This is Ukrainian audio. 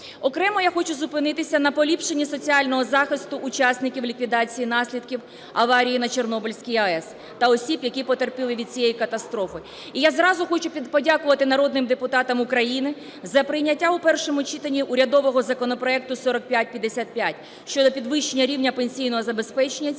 Окремо я хочу зупинитися на поліпшенні соціального захисту учасників ліквідації наслідків аварії на Чорнобильській АЕС та осіб, які потерпіли від цієї катастрофи. І я зразу хочу подякувати народним депутатам України за прийняття у першому читанні урядового законопроекту 4555 – щодо підвищення рівня пенсійного забезпечення цієї